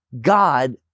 God